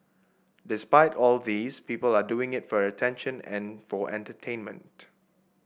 despite all these people are doing it for attention and for entertainment